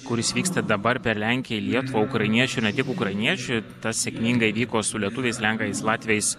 kuris vyksta dabar per lenkiją į lietuvą ukrainiečių ne tik ukrainiečių tas sėkmingai vyko su lietuviais lenkais latviais